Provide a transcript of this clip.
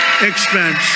expense